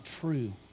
true